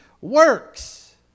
works